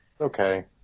Okay